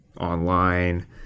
online